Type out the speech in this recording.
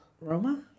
Roma